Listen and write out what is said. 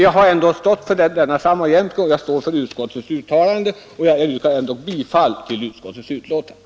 Jag står ändå för denna sammanjämkning liksom för utskottets uttalande, och jag yrkar bifall till utskottets hemställan.